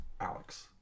Alex